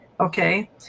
Okay